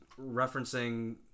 referencing